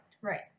right